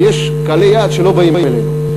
כי יש קהלי יעד שלא באים אלינו,